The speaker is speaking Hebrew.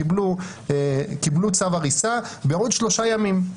קיבלו צו הריסה לעוד שלושה ימים,